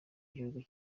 igihugu